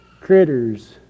critters